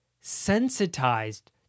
sensitized